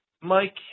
Mike